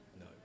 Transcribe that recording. no